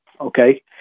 okay